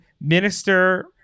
minister